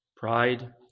pride